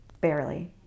barely